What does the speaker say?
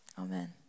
Amen